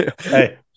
Hey